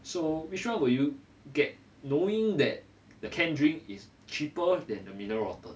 so which one will you get knowing that the canned drink is cheaper than the mineral water